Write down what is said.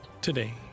today